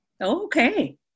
Okay